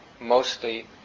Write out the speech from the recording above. mostly